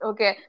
Okay